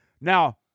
Now